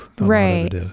right